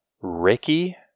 Ricky